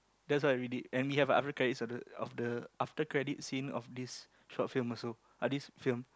that's what we did and we have a after credits of the of the after credits scene of this short film also uh this film